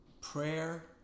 prayer